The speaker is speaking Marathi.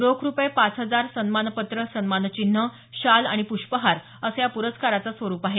रोख रुपये पाच हजार सन्मानपत्र सन्मानचिन्ह शाल आणि पृष्पहार असे या प्रस्काराचं स्वरूप आहे